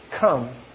come